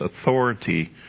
authority